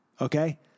Okay